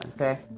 okay